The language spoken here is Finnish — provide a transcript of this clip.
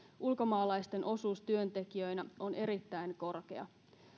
ulkomaalaisten osuus työntekijöinä on erittäin korkea